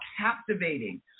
captivating